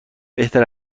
بهتر